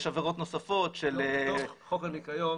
יש עבירות נוספות של --- דוח חוק הניקיון,